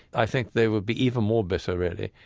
i think they would be even more bitter, really,